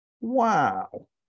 Wow